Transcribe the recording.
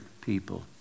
people